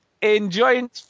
Enjoying